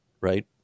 right